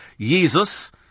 Jesus